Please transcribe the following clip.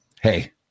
hey